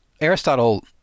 Aristotle